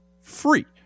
free